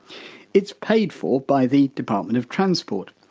it's paid for by the department of transport.